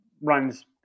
runs